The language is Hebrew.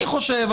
אני חושב,